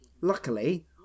Luckily